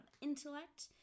intellect